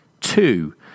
Two